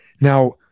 Now